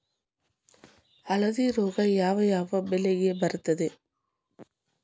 ಹಳದಿ ರೋಗ ಯಾವ ಯಾವ ಬೆಳೆಗೆ ಬರುತ್ತದೆ?